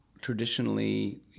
traditionally